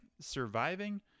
surviving